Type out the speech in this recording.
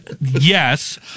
Yes